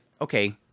okay